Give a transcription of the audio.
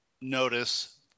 notice